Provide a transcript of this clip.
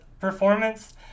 performance